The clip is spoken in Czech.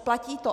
Platí to.